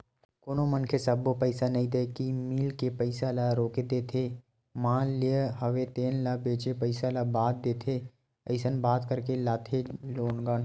कोनो मनखे सब्बो पइसा नइ देय के मील के पइसा ल रोक देथे माल लेय हवे तेन ल बेंचे पइसा ल बाद देथे अइसन बात करके लाथे लोगन